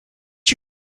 you